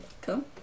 come